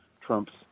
Trump's